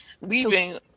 leaving